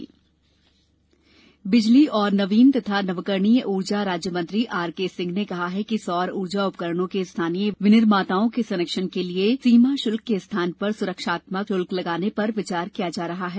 सौर ऊर्जा उपकरण शुल्क बिजली और नवीन तथा नवीकरणीय ऊर्जा राज्य मंत्री आर के सिंह ने कहा है कि सौर ऊर्जा उपकरणों के स्थानीय विनिर्माताओं के संरक्षण के लिए सीमा शुल्क के स्थान पर सुरक्षात्मक शुल्क लगाने पर विचार किया जा रहा है